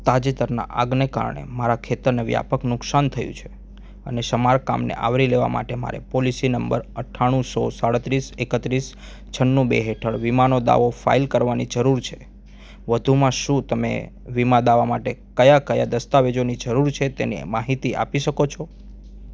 તાજેતરના આગને કારણે મારાં ખેતરને વ્યાપક નુકસાન થયું છે અને સમારકામને આવરી લેવા માટે મારે પોલિસી નંબર અઠ્ઠાણું સો સાડત્રીસ એકત્રીસ છન્નું બે હેઠળ વીમાનો દાવો ફાઇલ કરવાની જરૂર છે વધુમાં શું તમે વીમા દાવા માટે કયા ક્યા દસ્તાવેજોની જરૂર છે તેની માહિતી આપી શકો છો